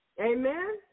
Amen